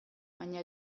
baina